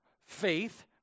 faith